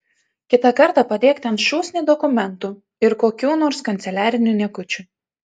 kitą kartą padėk ten šūsnį dokumentų ir kokių nors kanceliarinių niekučių